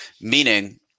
Meaning